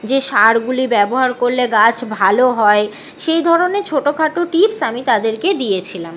যে সারগুলি ব্যবহার করলে গাছ ভালো হয় সেই ধরনের ছোটোখাটো টিপস আমি তাদেরকে দিয়েছিলাম